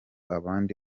abandi